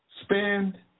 spend